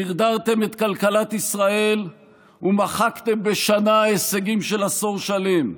דרדרתם את כלכלת ישראל ומחקתם בשנה הישגים של עשור שלם,